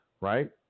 right